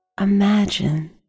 Imagine